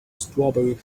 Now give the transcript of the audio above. strawberry